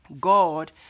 God